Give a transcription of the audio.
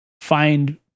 find